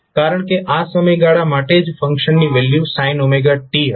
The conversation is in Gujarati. કારણ કે આ સમયગાળા માટે જ ફંક્શનની વેલ્યુ sin t હશે